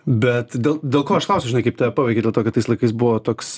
bet dėl dėl ko aš klausiu žinai kaip tave paveikė tą tokią tais laikais buvo toks